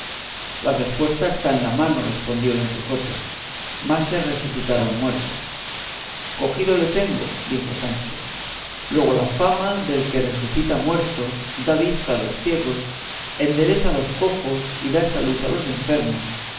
la respuesta está en la mano respondió don quijote más es resucitar a un muerto cogido le tengo dijo sancho luego la fama del que resucita muertos da vista a los ciegos endereza los cojos y da salud a los enfermos